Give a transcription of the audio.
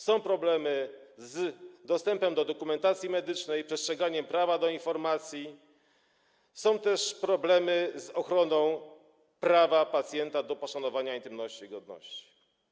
Są problemy z dostępem do dokumentacji medycznej, przestrzeganiem prawa do informacji, są też problemy z ochroną prawa pacjenta do poszanowania intymności i godności.